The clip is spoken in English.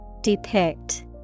Depict